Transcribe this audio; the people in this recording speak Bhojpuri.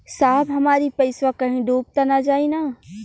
साहब हमार इ पइसवा कहि डूब त ना जाई न?